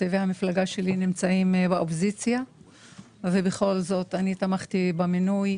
המפלגה שלי נמצאת באופוזיציה ובכל זאת תמכתי במינוי,